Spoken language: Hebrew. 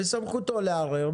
בסמכותו לערער,